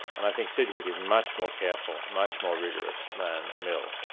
and i think sidgwick is much more careful, much more rigorous than mill,